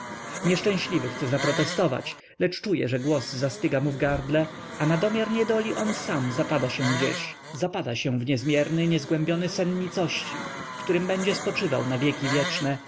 nieszczęśliwy chce zaprotestować lecz czuje że głos zastyga mu w gardle a nadomiar niedoli on sam zapada się gdzieś zapada się w niezmierny niezgłębiony ocean nicości w którym będzie spoczywał na wieki wieczne